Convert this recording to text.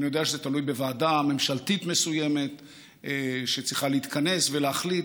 ואני יודע שזה תלוי בוועדה ממשלתית מסוימת שצריכה להתכנס ולהחליט.